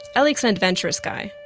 elik's an adventurous guy.